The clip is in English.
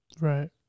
Right